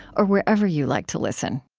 or wherever you like to listen